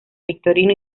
victorino